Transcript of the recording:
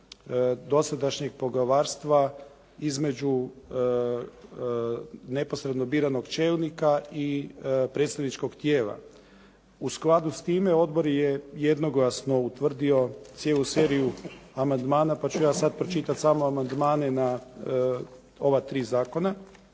dosadašnjeg poglavarstva između neposredno biranog čelnika i predstavničkog tijela. U skladu sa time odbor je jednoglasno utvrdio cijelu seriju amandmana pa ću ja sada pročitati samo amandmane na ova tri zakona.